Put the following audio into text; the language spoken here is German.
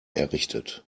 errichtet